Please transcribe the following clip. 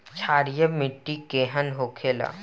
क्षारीय मिट्टी केहन होखेला?